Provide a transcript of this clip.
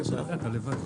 הישיבה נעולה?